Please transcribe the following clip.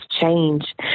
change